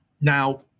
Now